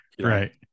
right